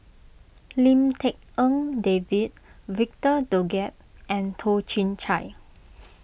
Lim Tik En David Victor Doggett and Toh Chin Chye